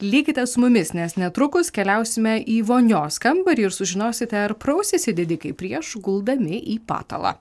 likite su mumis nes netrukus keliausime į vonios kambarį ir sužinosite ar prausėsi didikai prieš guldami į patalą